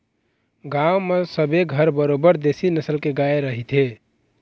गांव म सबे घर बरोबर देशी नसल के गाय रहिथे